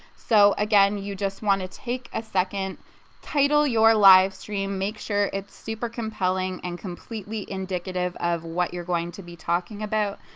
so again you just want to take a second title your live stream make sure it's super compelling and completely indicative of what you're going to be talking about.